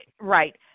right